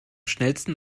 schnellsten